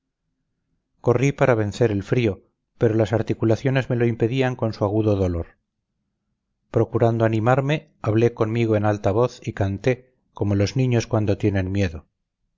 corrí para vencer el frío pero las articulaciones me lo impedían con su agudo dolor procurando animarme hablé conmigo en voz alta y canté como los niños cuando tienen miedo